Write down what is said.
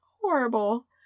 horrible